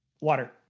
water